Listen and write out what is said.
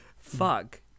Fuck